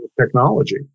technology